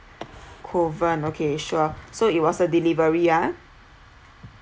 kovan okay sure so it was a delivery ya